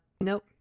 nope